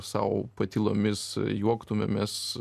sau patylomis juoktumėmės